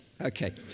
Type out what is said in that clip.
Okay